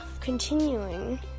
continuing